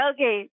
Okay